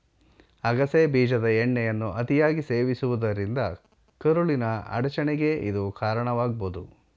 ಅಗಸೆ ಬೀಜದ ಎಣ್ಣೆಯನ್ನು ಅತಿಯಾಗಿ ಸೇವಿಸುವುದರಿಂದ ಕರುಳಿನ ಅಡಚಣೆಗೆ ಇದು ಕಾರಣವಾಗ್ಬೋದು